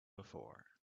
before